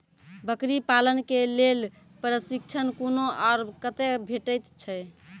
बकरी पालन के लेल प्रशिक्षण कूना आर कते भेटैत छै?